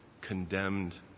condemned